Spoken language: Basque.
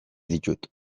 ditut